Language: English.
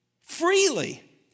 freely